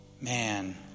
man